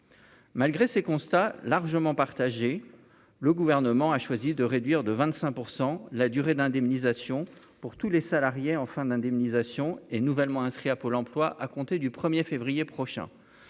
malgré ces constat largement partagé : le gouvernement a choisi de réduire de 25 % la durée d'indemnisation pour tous les salariés en fin d'indemnisation et nouvellement inscrits à Pôle Emploi à compter du 1er février prochain,